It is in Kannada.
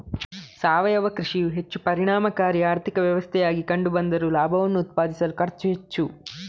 ಸಾವಯವ ಕೃಷಿಯು ಹೆಚ್ಚು ಪರಿಣಾಮಕಾರಿ ಆರ್ಥಿಕ ವ್ಯವಸ್ಥೆಯಾಗಿ ಕಂಡು ಬಂದರೂ ಲಾಭವನ್ನು ಉತ್ಪಾದಿಸಲು ಖರ್ಚು ಹೆಚ್ಚು